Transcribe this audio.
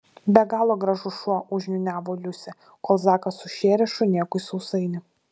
be galo gražus šuo užniūniavo liusė kol zakas sušėrė šunėkui sausainį